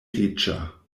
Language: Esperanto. riĉa